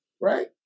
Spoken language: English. right